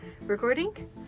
recording